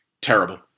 Terrible